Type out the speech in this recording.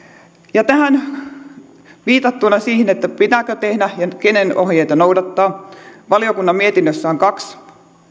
ja viitattuna siihen pitääkö tehdä ja kenen ohjeita pitää noudattaa valiokunnan mietinnössä on kaksi